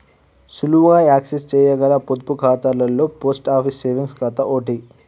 సులువుగా యాక్సెస్ చేయగల పొదుపు ఖాతాలలో పోస్ట్ ఆఫీస్ సేవింగ్స్ ఖాతా ఓటి